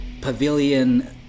Pavilion